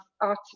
art